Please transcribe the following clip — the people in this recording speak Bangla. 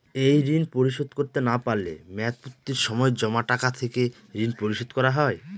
এই ঋণ পরিশোধ করতে না পারলে মেয়াদপূর্তির সময় জমা টাকা থেকে ঋণ পরিশোধ করা হয়?